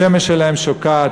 השמש שלהם שוקעת,